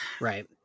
Right